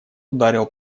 ударил